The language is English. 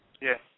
Yes